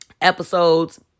episodes